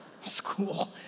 School